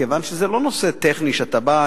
כיוון שזה לא נושא טכני שאתה בא,